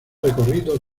recorrido